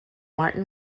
martin